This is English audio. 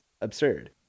absurd